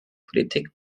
politik